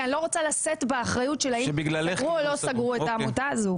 כי אני לא רוצה לשאת באחריות של האם סגרו או לא סגרו את העמותה הזאת.